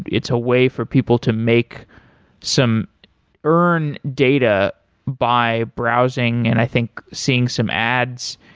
it's a way for people to make some earn data by browsing and i think seeing some ads,